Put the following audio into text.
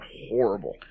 Horrible